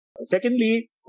Secondly